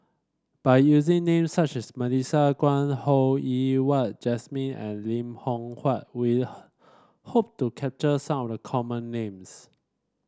by using names such as Melissa Kwee Ho Yen Wah Jesmine and Lim Loh Huat we hope to capture some of the common names